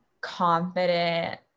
confident